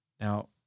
Now